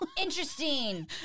Interesting